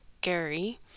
Gary